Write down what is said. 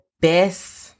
best